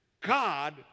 God